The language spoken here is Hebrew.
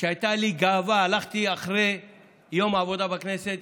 שהייתה לי גאווה, הלכתי אחרי יום עבודה בכנסת